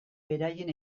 beraien